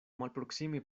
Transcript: malproksime